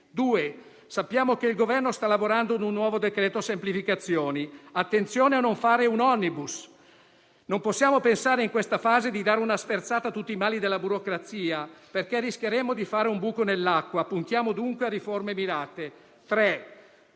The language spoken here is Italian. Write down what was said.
Sappiamo, poi, che il Governo sta lavorando a un nuovo decreto semplificazioni: attenzione a non fare un *omnibus*. Non possiamo pensare in questa fase di dare una sferzata a tutti i mali della burocrazia, perché rischieremmo di fare un buco nell'acqua. Puntiamo dunque a riforme mirate.